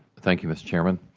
thank you, mr. chairman.